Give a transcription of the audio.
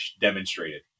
demonstrated